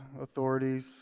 authorities